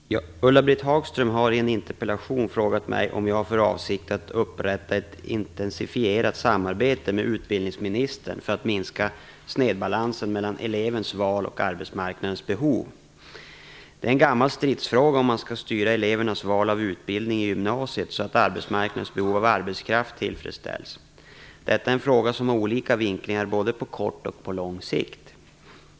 Herr talman! Ulla-Britt Hagström har i en interpellation frågat mig om jag har för avsikt att upprätta ett intensifierat samarbete med utbildningsministern för att minska snedbalansen mellan elevens val och arbetsmarknadens behov. Det är en gammal stridsfråga om man skall styra elevernas val av utbildning i gymnasiet så att arbetsmarknadens behov av arbetskraft tillfredsställs. Detta är en fråga som har olika vinklingar både på kort och lång sikt.